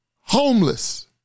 homeless